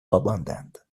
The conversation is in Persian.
خواباندند